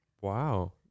Wow